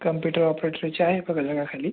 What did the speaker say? computer ऑपरेटरची आहे आपल्याकडे जागा खाली